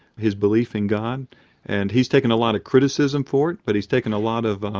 his belief in god and he's taken a lot of criticism for it but he's taken a lot of.